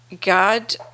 God